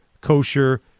Kosher